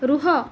ରୁହ